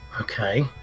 okay